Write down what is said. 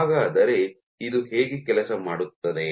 ಹಾಗಾದರೆ ಇದು ಹೇಗೆ ಕೆಲಸ ಮಾಡುತ್ತದೆ